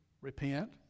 repent